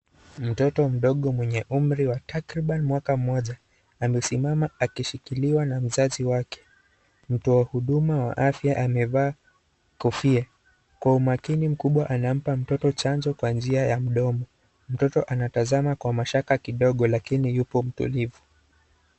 Mtoto mdogo mwenye umri wa takriban mwaka mmoja amesimama akishikiliwa na mzazi wake. Mtoa huduma wa afya amevaa kofia kwa umakini mkubwa anampa chanjo kwa njia ya mdomo. Mtoto anatazama kwa mashaka kidogo lakini yupo mtulivu.